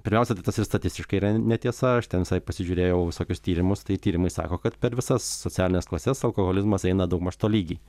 pirmiausia tai tas ir statistiškai yra netiesa aš ten visai pasižiūrėjau visokius tyrimus tai tyrimai sako kad per visas socialines klases alkoholizmas eina daugmaž tolygiai